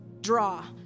Draw